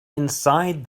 inside